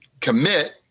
commit